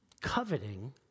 coveting